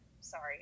sorry